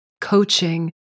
coaching